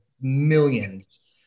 millions